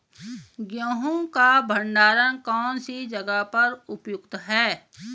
गेहूँ का भंडारण कौन सी जगह पर उपयुक्त है?